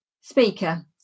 speaker